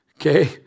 okay